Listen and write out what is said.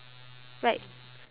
right